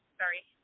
sorry